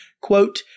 quote